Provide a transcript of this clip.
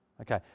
Okay